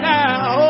now